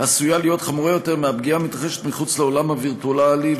עשויה להיות חמורה יותר מפגיעה המתרחשת מחוץ לעולם הווירטואלי,